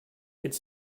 could